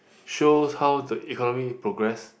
shows how the economy progress